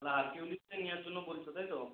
তাহলে হারকিউলিসটাই নেওয়ার জন্য বলছো তাই তো